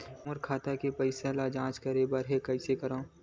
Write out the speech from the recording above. मोर खाता के पईसा के जांच करे बर हे, कइसे करंव?